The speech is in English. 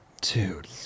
Dude